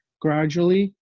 gradually